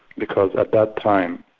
because at that time,